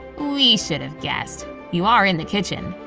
we should've guessed you are in the kitchen!